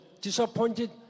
disappointed